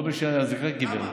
כל מי שהיה זכאי קיבל.